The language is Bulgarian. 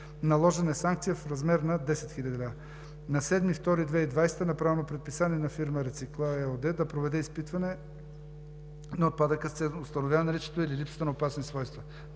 Наложена е санкция в размер на 10 хил. лв. На 7 февруари 2020 г. е направено предписание на фирма „Рецикла“ ЕООД да проведе изпитване на отпадъка с цел установяване наличието или липсата на опасни свойства.